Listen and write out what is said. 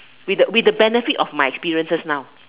with the with the benefit of my experiences now